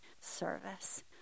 service